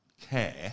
care